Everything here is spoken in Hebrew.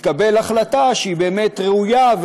תתקבל החלטה שהיא באמת ראויה,